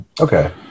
Okay